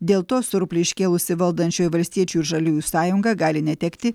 dėl to surplį iškėlusi valdančioji valstiečių ir žaliųjų sąjunga gali netekti